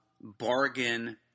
bargain